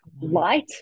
light